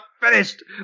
finished